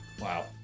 Wow